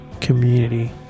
community